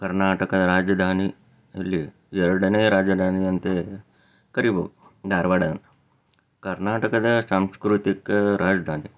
ಕರ್ನಾಟಕ ರಾಜಧಾನಿ ಅಲ್ಲಿ ಎರಡನೇ ರಾಜಧಾನಿ ಅಂತೆಯೇ ಕರಿಬೋದು ಧಾರವಾಡನ ಕರ್ನಾಟಕದ ಸಾಂಸ್ಕೃತಿಕ ರಾಜಧಾನಿ